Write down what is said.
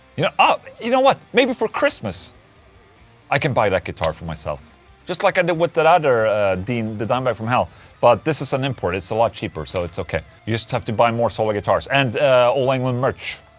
yeah you know what? maybe for christmas i can buy that guitar for myself just like i did with that other dean, the dimebag from hell but this is an import, it's a lot cheaper. so it's okay. you just have to buy more solar guitars and ola englund merch,